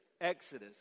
Exodus